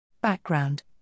Background